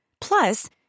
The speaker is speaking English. Plus